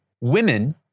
women